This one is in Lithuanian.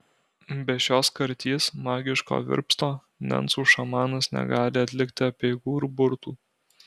be šios karties magiško virpsto nencų šamanas negali atlikti apeigų ir burtų